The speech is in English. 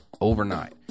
overnight